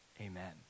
Amen